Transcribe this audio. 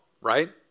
right